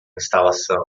instalação